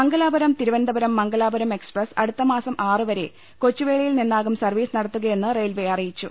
Mangalapuram Thiruvananthapuram Mangalapuram express അടു ത്തമാസം ആറുവരെ കൊച്ചുവേളിയിൽനിന്നാകും സർവീസ് നടത്തുക യെന്ന് റെയിൽവേ അറിയിച്ചു